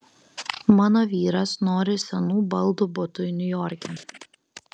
mano vyras nori senų baldų butui niujorke